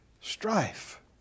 Strife